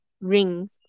rings